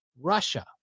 Russia